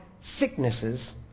sicknesses